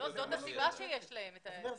למה שיוציאו אותם?